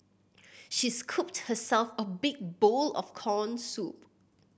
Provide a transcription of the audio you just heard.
she scooped herself a big bowl of corn soup